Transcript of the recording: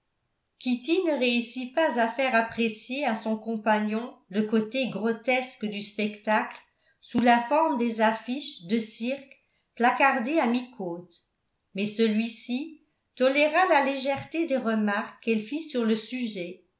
ne réussit pas à faire apprécier à son compagnon le côté grotesque du spectacle sous la forme des affiches de cirque placardées à mi-côte mais celui-ci toléra la légèreté des remarques qu'elle fît sur le sujet